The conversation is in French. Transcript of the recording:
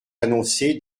annoncés